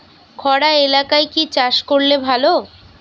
খরা এলাকায় কি চাষ করলে ভালো?